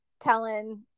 telling